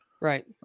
Right